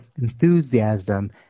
enthusiasm